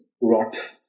rot